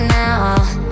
now